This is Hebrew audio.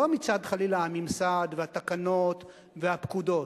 לא מצד, חלילה, הממסד והתקנות והפקודות.